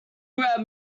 grab